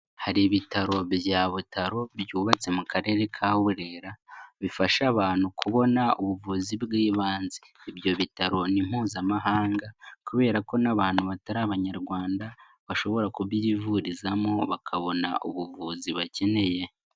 Hari ibitaro bya Butaro byubatse mu karere ka Burera bifasha abantu kubona ubuvuzi bw'ibanze, ibyo bitaro ni Mpuzamahanga kubera ko n'abantu batari Abanyarwanda bashobora kubyivurizamo bakabona ubuvuzi bakeneye.